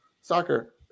soccer